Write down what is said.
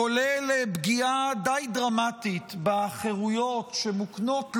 כולל פגיעה די דרמטית בחירויות שמוקנות לו,